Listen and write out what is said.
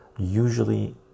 usually